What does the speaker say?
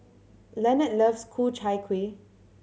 Lenard loves Ku Chai Kuih